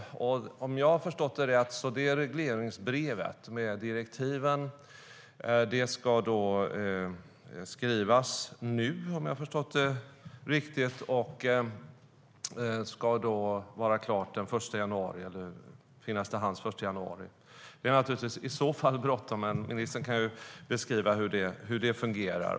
Om jag har förstått det rätt ska regleringsbrevet med direktiven skrivas nu och finnas till hands den 1 januari. Det är i så fall bråttom. Ministern kan ju beskriva hur det fungerar.